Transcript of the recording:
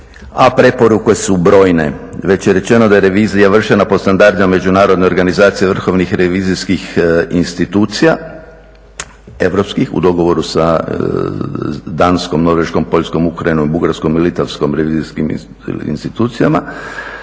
a preporuke su brojne. Već je rečeno da je revizija vršena po standardima međunarodne organizacije vrhovnih revizijskih institucija, europskih u dogovoru sa Danskom, Norveškom, Poljskom, Ukrajinom, Bugarskom i Litvanskim revizijskim institucijama.